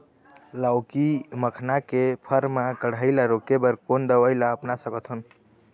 लाउकी मखना के फर मा कढ़ाई ला रोके बर कोन दवई ला अपना सकथन?